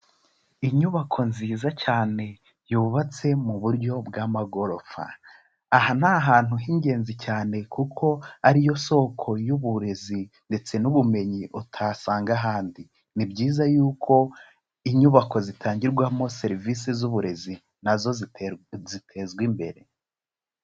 Inyubako nziza cyane yubatse mu buryo bw'amagorofa, aha ni ahantu h'ingenzi cyane kuko ari yo soko y'uburezi, ndetse n'ubumenyi utasanga ahandi, ni byiza yuko inyubako zitangirwamo serivisi z'uburezi, nazo zitezwa imbere.